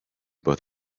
both